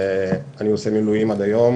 אני עושה מילואים עד היום,